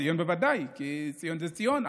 ציון בוודאי, כי ציון זה ציון.